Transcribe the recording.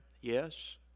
Yes